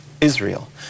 Israel